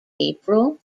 april